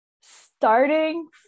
starting